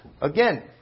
again